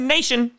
Nation